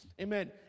Amen